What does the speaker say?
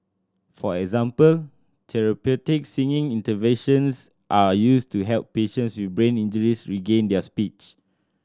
for example therapeutic singing interventions are used to help patients with brain injuries regain their speech